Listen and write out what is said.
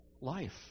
life